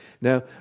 Now